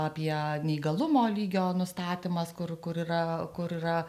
apie neįgalumo lygio nustatymas kur kur yra kur yra